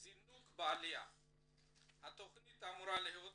תכנית זינוק בעליה שאמורה להיות